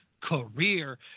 career